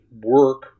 work